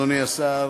אדוני השר,